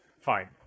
Fine